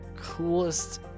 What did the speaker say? coolest